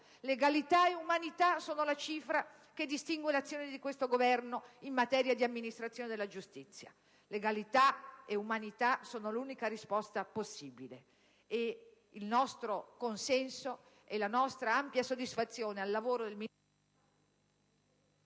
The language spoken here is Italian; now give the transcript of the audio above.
Legalità e umanità sono la cifra che distingue l'azione di questo Governo in materia di amministrazione della giustizia; legalità e umanità sono l'unica risposta possibile. Pertanto, il nostro consenso e la nostra ampia soddisfazione al lavoro del Ministro Alfano sono totali.